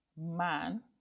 man